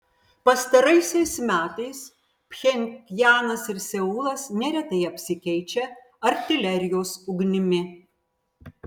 pastaraisiais metais pchenjanas ir seulas neretai apsikeičia artilerijos ugnimi